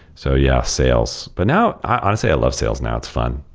so, yeah, sales. but now, honestly i love sales now. it's fun.